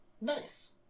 Nice